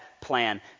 plan